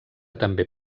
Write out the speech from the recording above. també